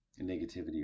negativity